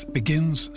begins